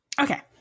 Okay